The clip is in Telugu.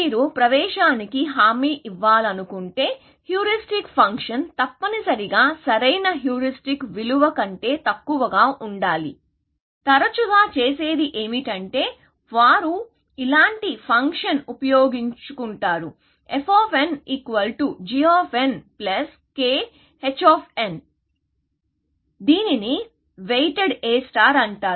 మీరు ప్రవేశానికి హామీ ఇవ్వాలనుకుంటే హ్యూరిస్టిక్ ఫంక్షన్ తప్పనిసరిగా సరైన హ్యూరిస్టిక్ విలువ కంటే తక్కువగా ఉండాలి ప్రజలు తరచుగా చేసేది ఏమిటంటే వారు ఇలాంటి ఫంక్షన్ను ఉపయోగించుకుంటారు f gK h దీనిని వెయిటెడ్ A అంటారు